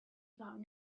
about